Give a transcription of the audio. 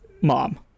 mom